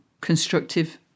constructive